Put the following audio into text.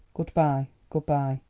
good-bye. good-bye!